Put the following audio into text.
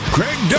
Craig